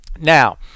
Now